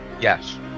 Yes